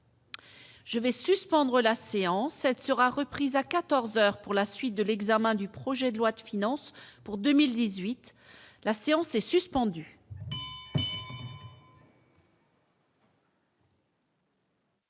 Je vais suspendre la séance 7 sera reprise à 14 heures pour la suite de l'examen du projet de loi de finances pour 2018, la séance est suspendue.